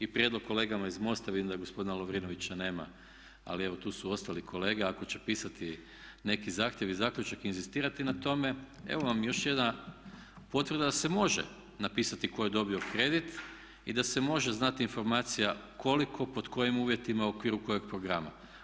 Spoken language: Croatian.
I prijedlog kolegama iz MOSTA, vidim da gospodina Lovrinovića nema, ali evo tu su ostali kolege, ako će pisati neki zahtjev ili zaključak, inzistirati na tome, evo vam još jedna potvrda da se može napisati tko je dobio kredit i da se može znati informacija koliko, pod kojim uvjetima, u okviru kojeg programa.